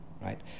right